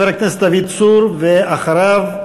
חבר הכנסת דוד צור, ואחריו,